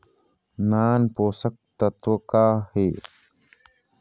नान पोषकतत्व का हे?